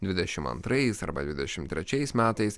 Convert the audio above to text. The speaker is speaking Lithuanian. dvidešimt antrais arba dvidešimt trečiais metais